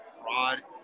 fraud